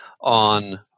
on